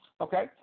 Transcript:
Okay